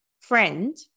friend